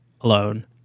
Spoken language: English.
alone